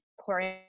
pouring